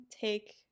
take